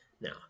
Now